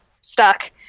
stuck